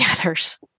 others